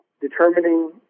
determining